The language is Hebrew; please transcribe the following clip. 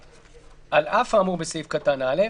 (ו)על אף האמור בסעיף קטן (א),